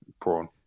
prawn